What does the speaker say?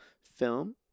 film